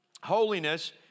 holiness